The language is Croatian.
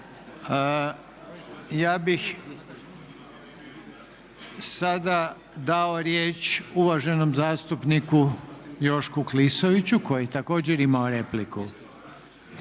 Ja bih sada dao riječ uvaženom zastupniku Jošku Klisoviću koji je također imao repliku.